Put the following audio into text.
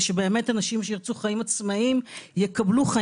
שבאמת אנשים שירצו חיים עצמאיים יקבלו אותם.